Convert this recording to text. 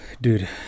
dude